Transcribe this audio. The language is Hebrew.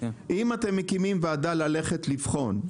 אם אתם מקימים ועדה ללכת לבחון,